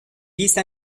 vice